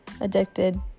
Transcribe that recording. addicted